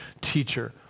teacher